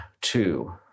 Two